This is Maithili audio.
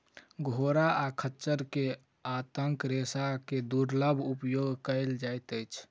घोड़ा आ खच्चर के आंतक रेशा के दुर्लभ उपयोग कयल जाइत अछि